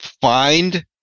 find